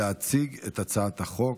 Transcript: להציג את הצעת החוק.